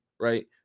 right